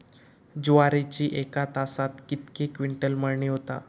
ज्वारीची एका तासात कितके क्विंटल मळणी होता?